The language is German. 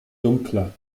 dunkler